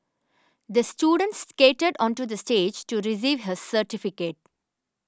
the student skated onto the stage to receive his certificate